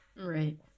right